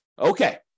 Okay